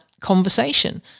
conversation